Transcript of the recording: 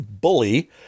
Bully